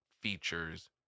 features